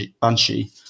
Banshee